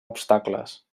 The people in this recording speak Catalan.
obstacles